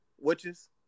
Witches